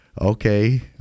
Okay